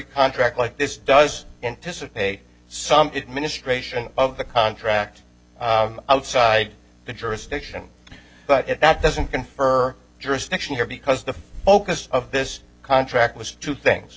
contract like this does dissipate some it ministration of the contract outside the jurisdiction but it that doesn't confer jurisdiction here because the focus of this contract was two things